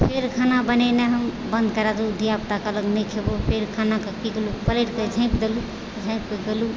फेर खाना बनेनाइ हम बन्द करै दू धियापुता कहलक नहि खेबौ फेर खानाके की केलहुँ पलटि कऽ झाँपि देलहुँ झाँपि कऽ गेलहुँ